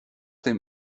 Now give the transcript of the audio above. dem